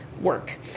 work